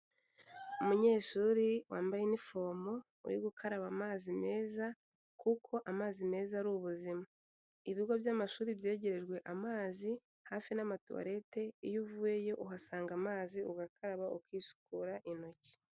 Umunyeshuri wambaye inifomu, uri gukaraba amazi meza, kuko amazi meza ari ubuzima, ibigo by'amashuri byegerejwe amazi hafi n'amatuwarete, iyo uvuyeyo uhasanga amazi ugakaraba ukisukura intoki.